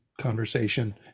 conversation